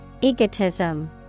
Egotism